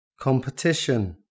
competition